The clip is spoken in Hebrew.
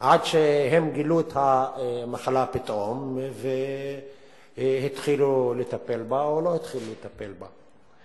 עד שהם גילו את המחלה פתאום והתחילו לטפל בה או לא התחילו לטפל בה.